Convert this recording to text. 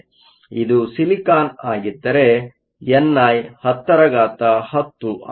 ಇದು ಸಿಲಿಕಾನ್ಆಗಿದ್ದರೆ N I 1010 ಆಗಿರುತ್ತದೆ